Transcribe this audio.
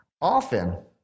often